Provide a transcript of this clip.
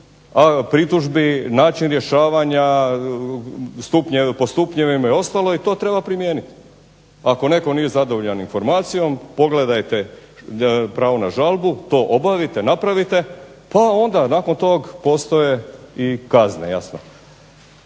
pritužbi način rješavanja po stupnjevima i ostalo i to treba primijeniti. Ako netko nije zadovoljan informacijom pogledajte pravo na žalbu, to obavite, napravite pa nakon toga postoje i kazne jasno.